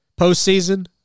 Postseason